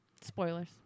Spoilers